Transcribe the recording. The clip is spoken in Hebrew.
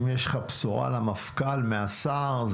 לך בשורה למפכ"ל מהשר?